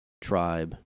Tribe